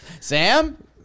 Sam